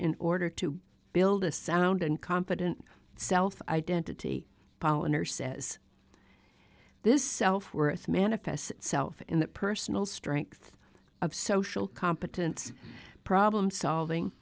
in order to build a sound and confident self identity pollen or says this self worth manifests itself in that personal strength of social competence problem solving